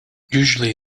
usually